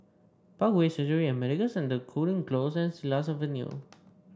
Parkway Surgery and Medical Centre Cooling Close and Silat Avenue